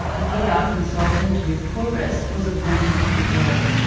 a pr ah consultant with qorvis was appointed to the job.